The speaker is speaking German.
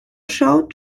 show